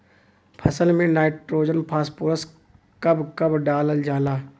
फसल में nitrogen phosphorus कब कब डालल जाला?